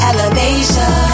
Elevation